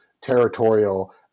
territorial